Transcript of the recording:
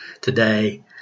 today